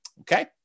Okay